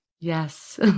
Yes